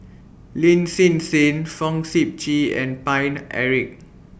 Lin Hsin Hsin Fong Sip Chee and Paine Eric